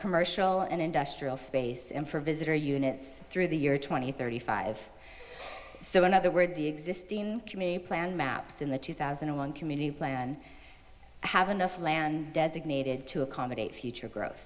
commercial and industrial space and for visitor units through the year two thousand and thirty five so in other words the existing community plan maps in the two thousand and one community plan have enough land designated to accommodate future gro